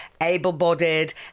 able-bodied